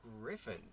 griffin